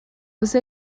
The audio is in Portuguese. você